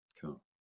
cool